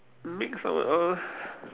make someone else